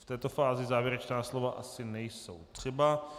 V této fázi závěrečná slova asi nejsou třeba.